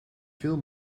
veel